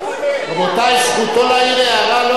זכותו להעיר הערה,